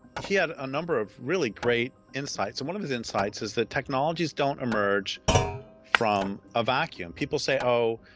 he had a number of really great insights and one of his insights is that technologies don't emerge from a vacuum. people say, oh,